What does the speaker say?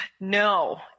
No